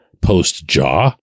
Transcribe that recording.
post-jaw